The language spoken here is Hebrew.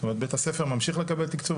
זאת אומרת בית הספר ממשיך לקבל סבסוד,